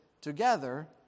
together